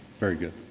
very good.